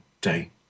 day